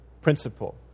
principle